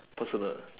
personal